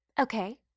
Okay